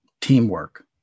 teamwork